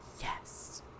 yes